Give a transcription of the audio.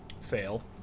fail